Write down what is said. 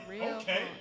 Okay